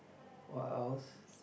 what else